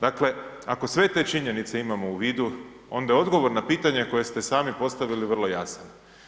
Dakle, ako sve te činjenice imamo u vidu onda odgovor na pitanje koje ste sami postavili je vrlo jasno.